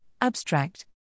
Abstract